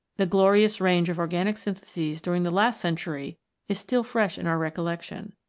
the glorious range of organic syntheses during the last century is still fresh in our recollection.